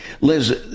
Liz